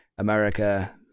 America